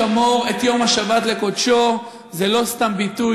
שמור את יום השבת לקדשו זה לא סתם ביטוי,